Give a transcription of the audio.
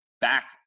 back